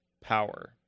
power